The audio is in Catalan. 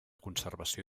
conservació